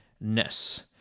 ness